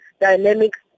dynamics